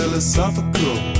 Philosophical